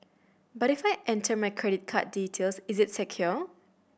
but if I enter my credit card details is it secure